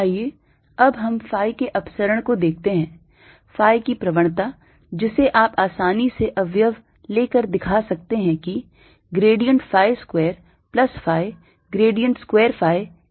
आइए अब हम phi के अपसरण को देखते हैं phi की प्रवणता जिसे आप आसानी से अवयव ले कर दिखा सकते हैं कि grad phi square plus phi grad square phi के बराबर है